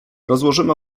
rozłożymy